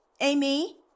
Amy